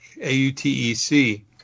A-U-T-E-C